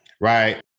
right